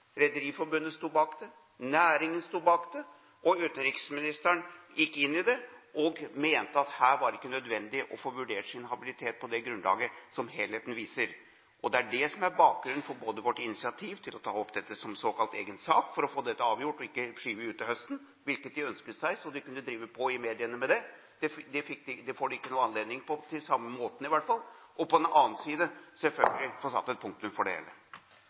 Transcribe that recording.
Rederiforbundet sto bak det, næringen sto bak det, og utenriksministeren gikk inn i det og mente at det her ikke var nødvendig å få vurdert sin habilitet på det grunnlaget som helheten viser. Det er det som er bakgrunnen for på den ene siden vårt initiativ til å ta opp dette som såkalt egen sak, for å få det avgjort og ikke skyve det ut til høsten – hvilket opposisjonen ønsket seg, så de kunne drive på i mediene med det. Det får de ikke noe anledning til på samme måten, i hvert fall. Og på den annen side, selvfølgelig, vil vi få satt et punktum for det hele.